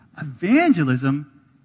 Evangelism